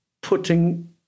putting